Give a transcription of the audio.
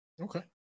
okay